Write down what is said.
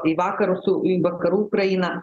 į vakarus į vakarų praeina